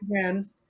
Again